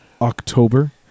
october